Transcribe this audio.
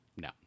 No